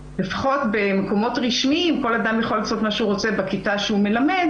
לפחות במקומות רשמיים כל אדם יכול לעשות מה שהוא רוצה בכיתה שהוא מלמד